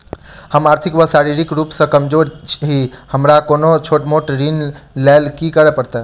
हम आर्थिक व शारीरिक रूप सँ कमजोर छी हमरा कोनों छोट मोट ऋण लैल की करै पड़तै?